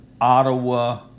Ottawa